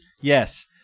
Yes